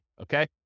okay